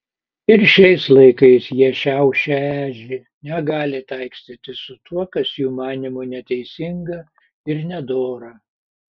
ir šiais laikais jie šiaušia ežį negali taikstytis su tuo kas jų manymu neteisinga ir nedora